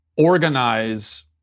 organize